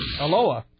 Aloha